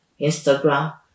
Instagram